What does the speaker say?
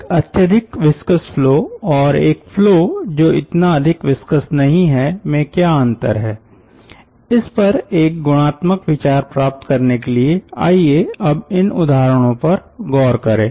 एक अत्यधिक viscous flow और एक फ्लो जो इतना अधिक विस्कस नहीं है में क्या अंतर है इस पर एक गुणात्मक विचार प्राप्त करने के लिए आईये अब इन उदाहरणों पर गौर करें